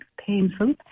painful